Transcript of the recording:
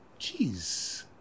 Jeez